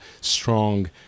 strong